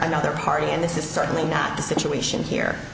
another party and this is certainly not the situation here